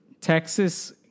Texas